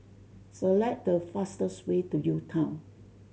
select the fastest way to UTown